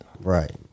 Right